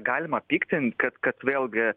galima pykti kad kad vėlgi